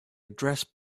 address